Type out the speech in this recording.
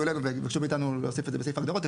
אלינו ויבקשו מאתנו להוסיף את זה בסעיף הגדרות.